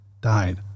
died